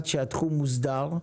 אחד, שהתחום מוסדר.